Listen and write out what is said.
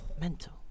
Mental